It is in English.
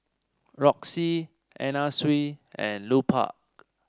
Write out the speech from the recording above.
Roxy Anna Sui and Lupark